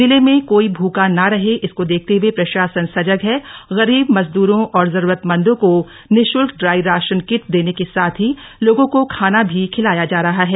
जिले में कोई भूखा ना रहे इसको देखते हुए प्रशासन सजग है गरीब मजदूरों और जरूरतमंद को निःशुल्क ड्राई राशन किट देने के साथ ही लोगों को खाना भी खिलाया जा रहा है